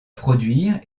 produire